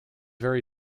very